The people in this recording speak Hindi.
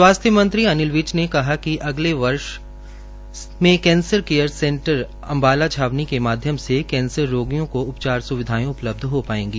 स्वास्थ्य मंत्री अनिल विज ने कहा कि अगले वर्ष में कैंसर केयर सेंटर अम्बाला छावनी के माध्यम से कैंसर रोगियों को उपचार स्विधाएं उपलब्ध हो पाएंगी